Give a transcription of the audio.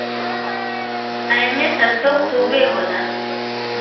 एमे सरतो खुबे होला